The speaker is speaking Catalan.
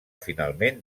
finalment